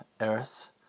earth